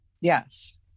Yes